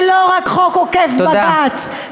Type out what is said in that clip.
זה לא רק חוק עוקף-בג"ץ, תודה.